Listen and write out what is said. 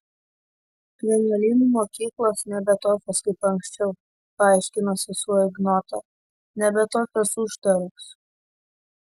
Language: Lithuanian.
vienuolynų mokyklos nebe tokios kaip anksčiau paaiškino sesuo ignotą nebe tokios uždaros